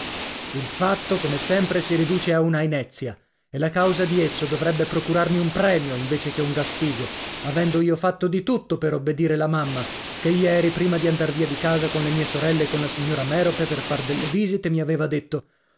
il fatto come sempre si riduce a una inezia e la causa di esso dovrebbe procurarmi un premio invece che un gastigo avendo io fatto di tutto per obbedire la mamma che ieri prima di andar via di casa con le mie sorelle e con la signora merope per far delle visite mi aveva detto